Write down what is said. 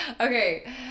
Okay